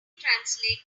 translated